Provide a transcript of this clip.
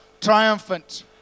triumphant